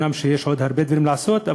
אומנם יש עוד הרבה דברים לעשות,